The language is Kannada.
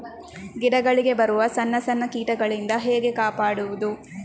ಗಿಡಗಳಿಗೆ ಬರುವ ಸಣ್ಣ ಸಣ್ಣ ಕೀಟಗಳಿಂದ ಹೇಗೆ ಕಾಪಾಡುವುದು?